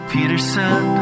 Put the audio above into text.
Peterson